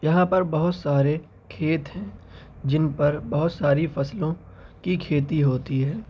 یہاں پر بہت سارے کھیت ہیں جن پر بہت ساری فصلوں کی کھیتی ہوتی ہے